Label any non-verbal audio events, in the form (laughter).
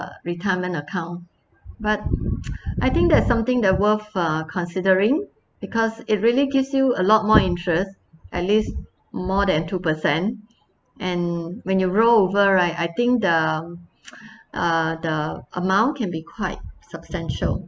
uh retirement account but (noise) I think there is something that worth uh considering because it really gives you a lot more interest at least more than two percent and when you roll over right I think the (noise) uh the amount can be quite substantial